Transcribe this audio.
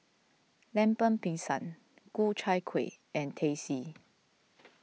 Lemper Pisang Ku Chai Kueh and Teh C